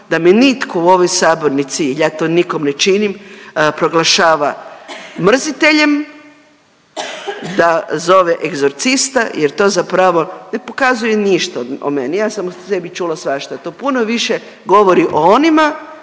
da me nitko u ovoj sabornici jer ja to nikom ne činim, proglašava mrziteljem, da zove egzorcista jer to zapravo ne pokazuje ništa o meni. Ja sam o sebi čula svašta, to puno više govori o onima